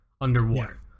underwater